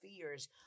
fears